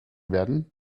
werden